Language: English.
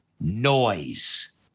noise